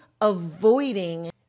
avoiding